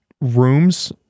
rooms